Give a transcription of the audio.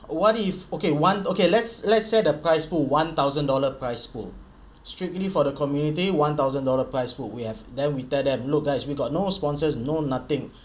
what if okay one okay let's let's set a price pool one thousand dollar price pool strictly for the community one thousand dollar price pool we have then we tell them look guys we got no sponsors no nothing